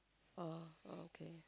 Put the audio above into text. oh okay